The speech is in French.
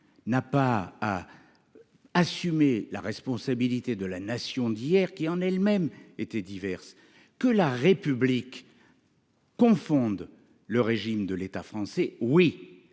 n'a pas à. Assumer la responsabilité de la Nation d'hier qui en elle même était diverse que la République. Confondent le régime de l'état français. Oui